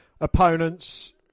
opponents